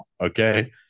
okay